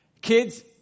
Kids